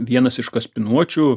vienas iš kaspinuočių